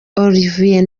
olivier